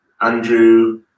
Andrew